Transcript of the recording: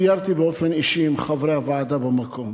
סיירתי באופן אישי עם חברי הוועדה במקום.